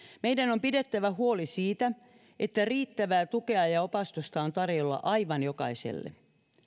meidän on pidettävä huoli siitä että riittävää tukea ja opastusta on tarjolla aivan jokaiselle